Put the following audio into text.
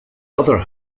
other